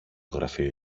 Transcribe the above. γραφείο